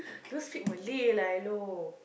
don't speak Malay lah hello